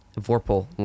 vorpal